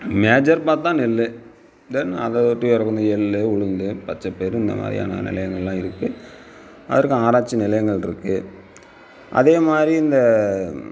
major பார்த்தா நெல் தென் அதை ஒட்டி வர எள் உளுந்து பச்சை பயிறு இந்த மாதிரியானா நிலையங்கெலாம் இருக்குது அதற்கு ஆராய்ச்சி நிலையங்கள் இருக்குது அதே மாதிரி இந்த